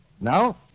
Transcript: Now